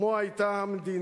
כמו היו המדינה,